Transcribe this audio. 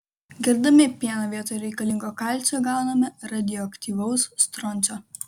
gerdami pieną vietoje reikalingo kalcio gauname radioaktyvaus stroncio